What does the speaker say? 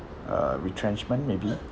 uh retrenchment maybe